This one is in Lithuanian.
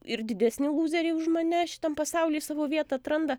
ir didesni lūzeriai už mane šitam pasauly savo vietą atranda